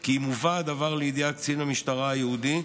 כי אם הובא הדבר לידיעת קצין המשטרה הייעודי,